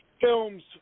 films